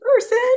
person